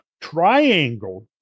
Triangle